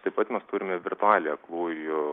taip pat mes turime virtualią aklųjų